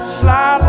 fly